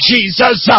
Jesus